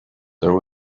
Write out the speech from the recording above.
there